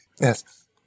Yes